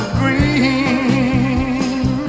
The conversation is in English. green